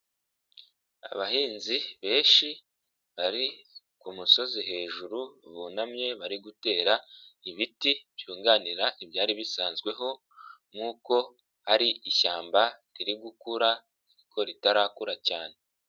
Abahinzi benshi bari ku musozi hejuru bunamye bari gutera ibiti byunganira ibyari bisanzweho nk'uko ari ishyamba riri gukura ariko ritarakura cyane.